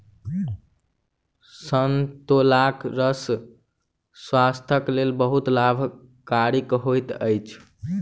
संतोलाक रस स्वास्थ्यक लेल बहुत लाभकारी होइत अछि